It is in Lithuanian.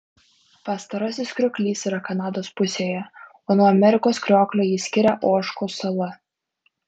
pastarasis krioklys yra kanados pusėje o nuo amerikos krioklio jį skiria ožkos sala